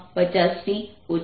01sin50t x140